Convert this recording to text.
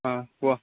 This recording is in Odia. ହଁ କୁହ